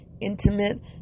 intimate